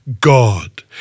God